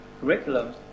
curriculum